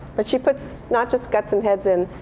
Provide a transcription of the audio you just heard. but she puts not just guts and heads in.